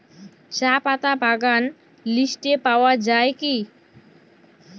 চাপাতা বাগান লিস্টে পাওয়া যায় কি?